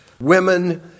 women